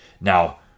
Now